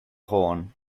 horn